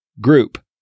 group